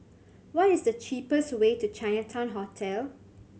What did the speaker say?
what is the cheapest way to Chinatown Hotel